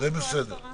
המטופלים